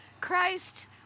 Christ